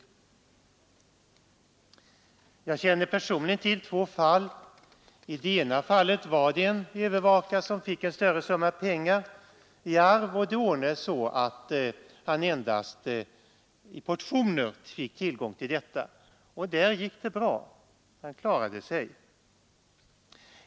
Jag känner personligen till två fall av det här slaget. I det ena fallet fick en övervakad en större summa pengar i arv. Det ordnades så att han endast i portioner fick tillgång till pengarna. Och där gick det bra. Han klarade sig.